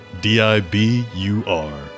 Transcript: D-I-B-U-R